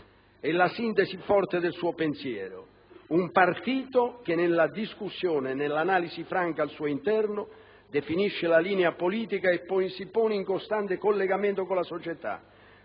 È la sintesi forte del suo pensiero: un partito che nella discussione, nell'analisi franca al suo interno, definisce la linea politica e poi si pone in costante collegamento con la società,